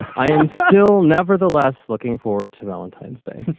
i am still nevertheless looking forward to valentine's day